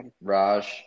Raj